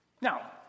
Now